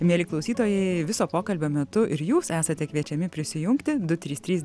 mieli klausytojai viso pokalbio metu ir jūs esate kviečiami prisijungti du trys trys